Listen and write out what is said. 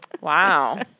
Wow